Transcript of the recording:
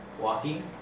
walking